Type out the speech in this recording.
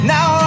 Now